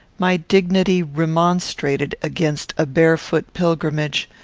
my dignity remonstrated against a barefoot pilgrimage,